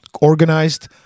organized